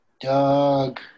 Doug